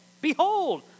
Behold